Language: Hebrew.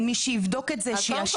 אין מי שיבדוק את זה ושיאשר את זה.